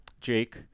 jake